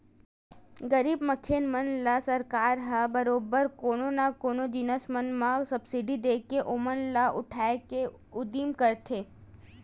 गरीब मनखे मन ल सरकार ह बरोबर कोनो न कोनो जिनिस मन म सब्सिडी देके ओमन ल उठाय के उदिम करथे